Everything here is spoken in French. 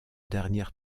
dernière